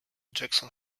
jackson